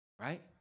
Right